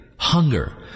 hunger